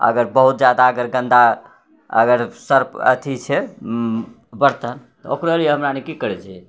अगर बहुत ज्यादा अगर गन्दा अगर सर्फ अथी छै बर्तन तऽ ओकरो लिये हमराएनी की करै छै